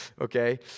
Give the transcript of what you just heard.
okay